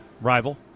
rival